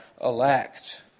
elect